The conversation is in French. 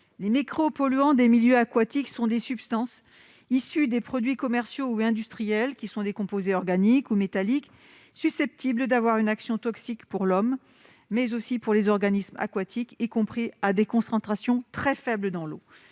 Les micropolluants des milieux aquatiques sont des substances issues des produits commerciaux ou industriels qui sont des composés organiques ou métalliques susceptibles d'avoir une action toxique pour l'homme, mais aussi pour les organismes aquatiques, y compris à des concentrations très faibles dans l'eau.